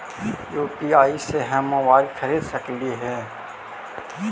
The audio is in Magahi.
यु.पी.आई से हम मोबाईल खरिद सकलिऐ है